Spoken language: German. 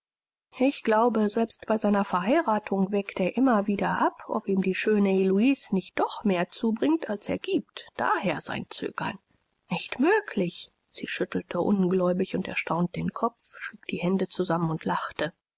ich glaube selbst bei seiner verheiratung wägt er immer wieder ab ob ihm die schöne heloise nicht doch mehr zubringt als er gibt daher sein zögern nicht möglich sie schüttelte ungläubig und erstaunt den kopf schlug die hände zusammen und lachte